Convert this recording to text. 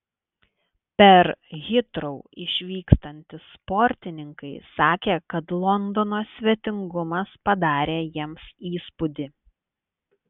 per hitrou išvykstantys sportininkai sakė kad londono svetingumas padarė jiems įspūdį